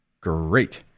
great